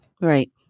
Right